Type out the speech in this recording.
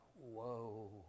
whoa